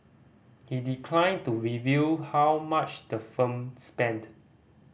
he declined to reveal how much the firm spent